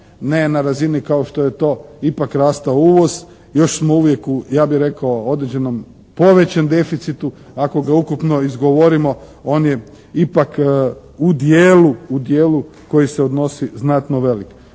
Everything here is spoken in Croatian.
ne na razini kao što je to ipak rastao uvoz. Još smo uvijek u ja bih rekao određenom povećem deficitu. Ako ga ukupno izgovorimo on je ipak u dijelu koji se odnosi znatno velik.